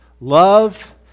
love